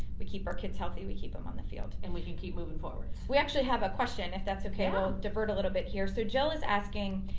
we keep our kids healthy, we keep them on the field. and we can keep moving forward. we actually have a question if that's okay, we'll divert a little bit here. so jill is asking,